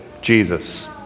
Jesus